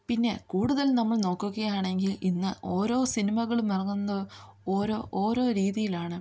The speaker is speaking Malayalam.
പിന്നെ കൂടുതൽ നമ്മൾ നോക്കുകയാണെങ്കിൽ ഇന്ന് ഓരോ സിനിമകളും ഇറങ്ങുന്നത് ഓരോ ഓരോ രീതിയിലാണ്